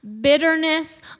bitterness